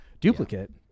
duplicate